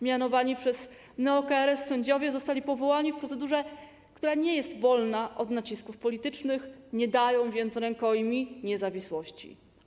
Mianowani przez neo-KRS sędziowie zostali powołani w procedurze, która nie jest wolna od nacisków politycznych, nie dają więc rękojmi niezawisłości.